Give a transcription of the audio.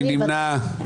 מי נמנע?